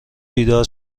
بیدار